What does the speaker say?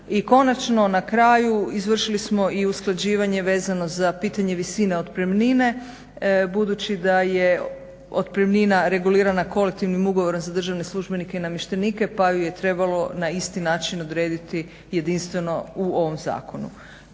I konačno, na kraju izvršili smo i usklađivanje vezano za pitanje visine otpremnine. Budući da je otpremnina regulirana Kolektivnim ugovorom za državne službenike i namještenike pa ju je trebalo na isti način odrediti jedinstveno u ovom zakonu.